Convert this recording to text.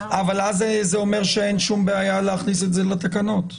אז זה אומר שאין שום בעיה להכניס את זה לתקנות.